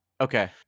Okay